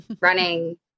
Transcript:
running